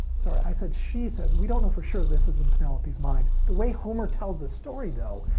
sorry, i said she says. we don't know for sure this is in penelopes's mind. the way homer tells the story, though,